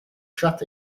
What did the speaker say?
shut